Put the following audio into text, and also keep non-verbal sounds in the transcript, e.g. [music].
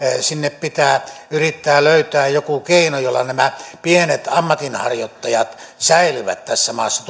sinne pitää yrittää löytää joku keino jolla nämä pienet ammatinharjoittajat säilyvät tässä maassa [unintelligible]